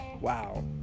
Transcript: wow